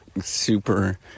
super